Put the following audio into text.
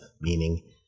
meaning